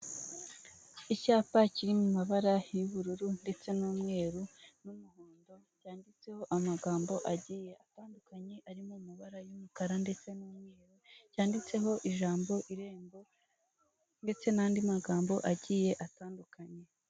Icyapa kiri mu mabara y'ubururu ndetse n'umweru n'umuhondo byanditseho amagambo agiye atandukanye arimo amabara y'umukara ndetse n'umweru yanditseho ijambo irembo ndetse n'andi magambo agiye atandukanye.